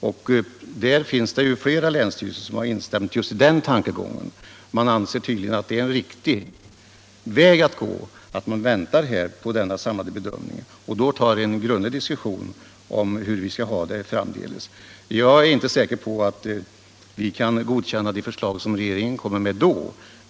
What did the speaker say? Det är ju flera länsstyrelser som har instämt i den tankegången. Man anser tydligen att det är en riktig väg att gå — att vi väntar på denna samlade bedömning och sedan tar en grundlig diskussion om hur vi skall ha det framdeles. Jag är inte säker på att vi inom vpk kan godkänna det förslag som regeringen kommer med då.